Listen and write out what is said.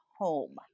home